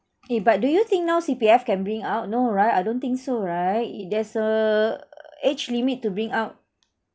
eh but do you think now C_P_F can bring out no right I don't think so right it there's a age limit to bring out